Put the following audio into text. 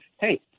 Hey